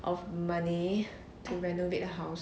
of money to renovate the house